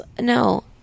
no